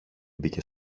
μπήκε